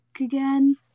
again